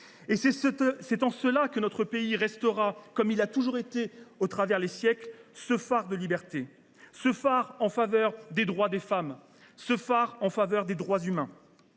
Par là même, notre pays restera, comme il l’a toujours été au travers des siècles, un phare de liberté, un phare en faveur des droits des femmes, un phare en faveur des droits humains.